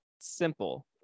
simple